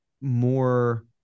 more